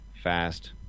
fast